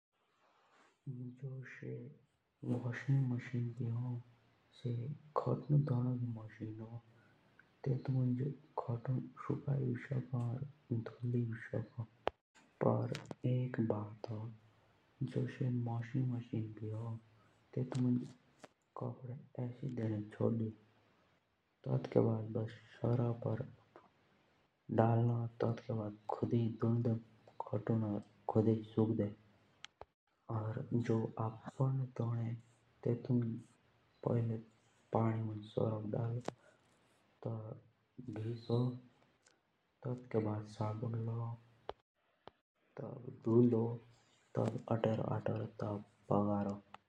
जो से washing machine भी तो से खटुन धोनो की मशीन होन। तो तेंडे खोटुन इसी देणे डाली सरफ़ देना पेरे पानी देना पेरे तब खोटुन अपुई घरुंडो और तोस धुल जाओ। और जुस अपुई पोधने रुज्हाने सरफ़ पानी अपुई और सब अपुई पोधनो कोरोन।